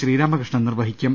ശ്രീരാമകൃഷ്ണൻ നിർവഹിക്കും